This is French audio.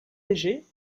légers